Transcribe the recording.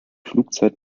flugzeit